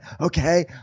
Okay